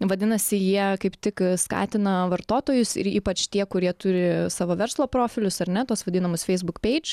vadinasi jie kaip tik skatina vartotojus ir ypač tie kurie turi savo verslo profilius ar ne tuos vadinamus feisbuk peidž